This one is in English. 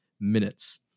minutes